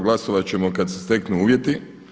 Glasovat ćemo kada se steknu uvjeti.